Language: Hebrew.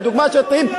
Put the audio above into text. והדוגמה שאתם,